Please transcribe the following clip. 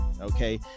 Okay